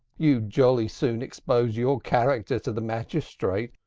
you'd jolly soon expose your character to the magistrate.